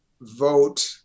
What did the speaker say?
vote